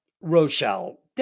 Rochelle